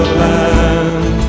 land